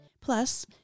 Plus